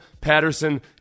Patterson